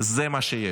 אין ברירה, זה מה שיש.